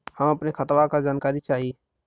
हम अपने खतवा क जानकारी चाही?